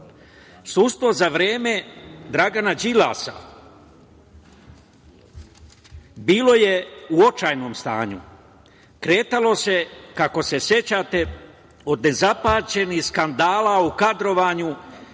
Sudstvo za vreme Dragana Đilasa, bilo je u očajnom stanju, kretalo se, kako se sećate, od nezapamćenih skandala u kadrovanju